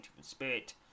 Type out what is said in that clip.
spirit